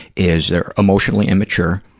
is they're emotionally immature,